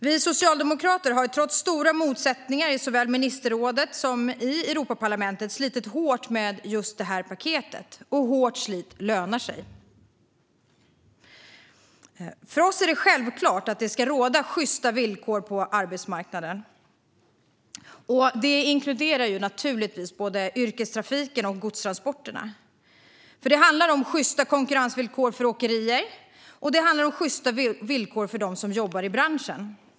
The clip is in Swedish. Vi socialdemokrater har trots stora motsättningar i såväl ministerrådet som Europaparlamentet slitit hårt med just det här paketet, och hårt slit lönar sig. För oss är det självklart att det ska råda sjysta villkor på arbetsmarknaden. Det inkluderar naturligtvis både yrkestrafiken och godstransporterna. Det handlar om sjysta konkurrensvillkor för åkerier, och det handlar om sjysta villkor för dem som jobbar i branschen.